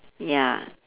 ya